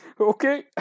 okay